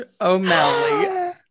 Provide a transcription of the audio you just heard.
O'Malley